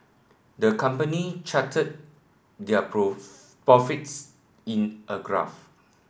the company charted their profits in a graph